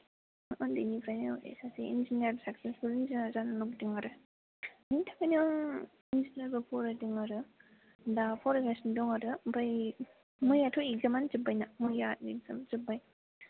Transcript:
उनदै निफ्राय नो सासे इनजिनियार साकसेसफुल जानो लुबैदों आरो बिनि थाखैनो आं इनजिनियार फरायदों आरो दा फराय गासिनो दं आरो ओमफाय मैया थ' एकजामानो जोब्बाय मैया एकजाम जोब्बाय